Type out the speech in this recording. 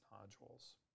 nodules